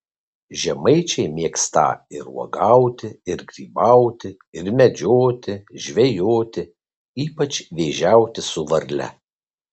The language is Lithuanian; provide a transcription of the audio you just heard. žemaičiai mėgstą ir uogauti ir grybauti ir medžioti žvejoti ypač vėžiauti su varle